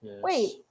Wait